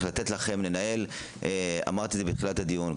לתת לכם לנהל ואמרתי את זה בתחילת הדיון.